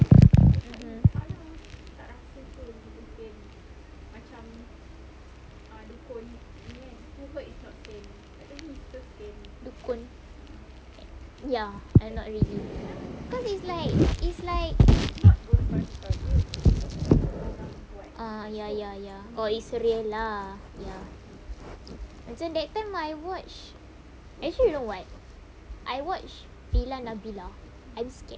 mm mm dukun ya not really because is like is like err ya ya ya lah oh it's real lah ya macam that time I watch actually you know what I watch villa nabila I'm scared